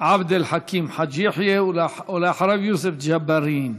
עבד אל חכים חאג' יחיא, ולאחריו, יוסף ג'בארין.